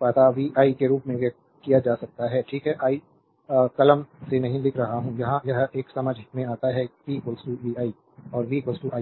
पता vi के रूप में व्यक्त किया जा सकता है ठीक है आई कलम से नहीं लिख रहा हूँ यहाँ यह एक समझ में आता है p vi और v iR